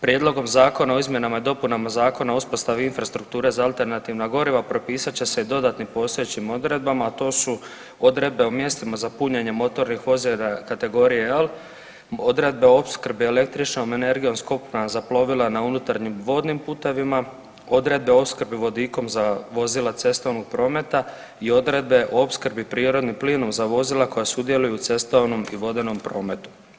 Prijedlogom zakona o izmjenama i dopunama Zakona o uspostavi infrastrukture za alternativna goriva propisat će se dodatnim postojećim odredbama, a to su odredbe o mjestima za punjenje motornih vozila kategorije L, odredbe o opskrbi električnom energijom skupna za plovila na unutarnjim vodnim putevima, odredbe o opskrbi vodikom za vozila cestovnog prometa i odredbe o opskrbi prirodnim plinom za vozila koja sudjeluju u cestovnom i vodenom prometu.